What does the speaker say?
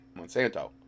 monsanto